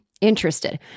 interested